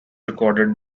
recorded